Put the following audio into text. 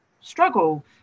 struggle